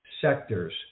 sectors